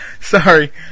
Sorry